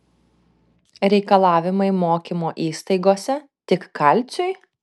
reikalavimai mokymo įstaigose tik kalciui